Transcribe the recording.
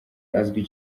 azwi